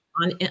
on